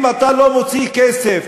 אם אתה לא מוציא כסף,